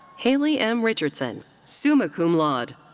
hayley m. richardson, summa cum laude.